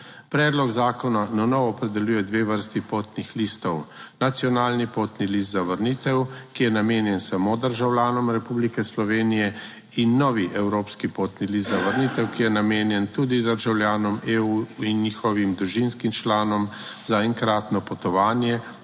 Predlog zakona na novo opredeljuje dve vrsti potnih listov: nacionalni potni list za vrnitev, ki je namenjen samo državljanom Republike Slovenije, in novi evropski potni list za vrnitev, ki je namenjen tudi državljanom EU in njihovim družinskim članom za enkratno potovanje,